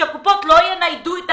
כדי שהקופות לא יניידו את האנשים.